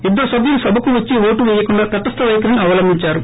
ఇద్దరు సభ్యులు సభకు వచ్చి ఓటు పేయకుండా తటస్థ వైఖరిని అవలంభించారు